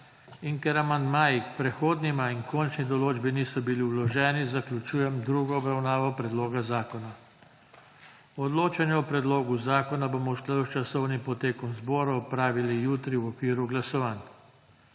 in ker amandmaji k prehodnima in končni določbi niso bili vloženi, zaključujem drugo obravnavo predloga zakona. Odločanje o predlogu zakona bomo v skladu s časovnim potekom zbora opravili jutri v okviru glasovanj.